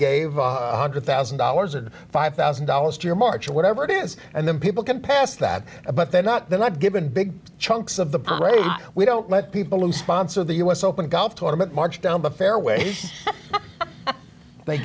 one hundred thousand dollars or five thousand dollars a year march or whatever it is and then people can pass that but they're not they're not given big chunks of the we don't let people who sponsor the u s open golf tournament march down the fairway they